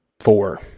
four